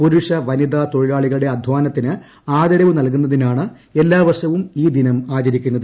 പുരുഷ വനിതാ തൊഴിലാളികളുടെ അദ്ധാനത്തിന് ആദരവ് നൽകുന്നതിനാണ് എല്ലാവർഷവും ഈ ദിനം ആചരിക്കുന്നത്